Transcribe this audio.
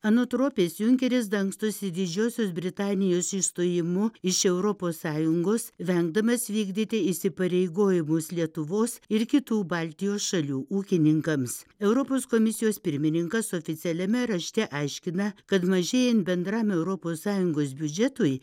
anot ropės junkeris dangstosi didžiosios britanijos išstojimu iš europos sąjungos vengdamas vykdyti įsipareigojimus lietuvos ir kitų baltijos šalių ūkininkams europos komisijos pirmininkas oficialiame rašte aiškina kad mažėjant bendram europos sąjungos biudžetui